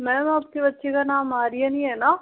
ma'am आपके बच्चे का नाम आर्यन ही है ना